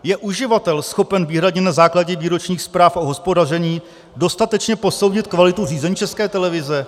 Je uživatel schopen výhradně na základě výročních zpráv o hospodaření dostatečně posoudit kvalitu řízení České televize?